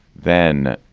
then,